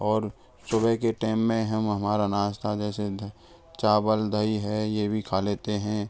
और सुबह के टाइम में हम हमारा नास्ता जैसे चावल दही है यह भी खा लेते हैं